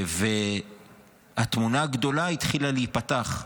והתמונה הגדולה התחילה להיפתח.